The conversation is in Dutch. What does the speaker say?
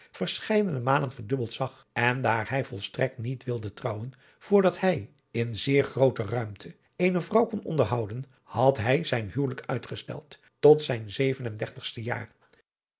verscheiden malen verdubbeld zag en daar hij volstrekt niet wilde trouwen voor dat hij in zeer groote ruimte eene vrouw kon onderhouden had hij zijn huwelijk uitgesteld tot zijn zeven en dertigste jaar